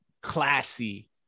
classy